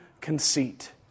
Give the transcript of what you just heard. conceit